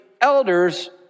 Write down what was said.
elders